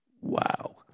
Wow